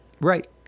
Right